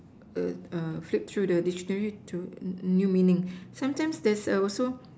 a a flip through the dictionary to new new meanings sometimes there's a also